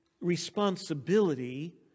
responsibility